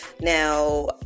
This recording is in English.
Now